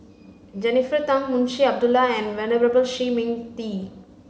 Jennifer Tham Munshi Abdullah and Venerable Shi Ming Di